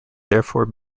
therefore